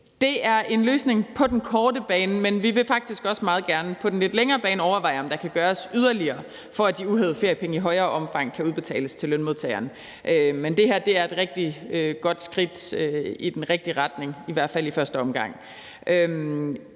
Det er en løsning på den korte bane, men vi vil faktisk også meget gerne på den lidt længere bane overveje, om der kan gøres yderligere for, at de uhævede feriepenge i større omfang kan udbetales til lønmodtagerne. Med det her er et rigtig godt skridt i den rigtige retning, i hvert fald i første omgang.